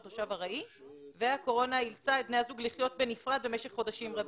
תושב ארעי והקורונה אילצה את בני הזוג לחיות בנפרד במשך חודשים רבים.